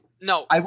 No